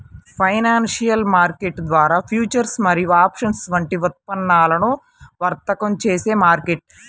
financial market ద్వారా futures మరియు options వంటి ఉత్పన్నాలను వర్తకం చేసే మార్కెట్